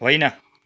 होइन